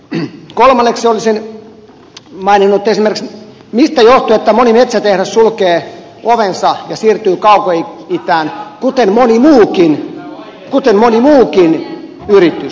kolmanneksi esimerkiksi olisin maininnut mistä johtuu että moni metsätehdas sulkee ovensa ja siirtyy kaukoitään kuten moni muukin yritys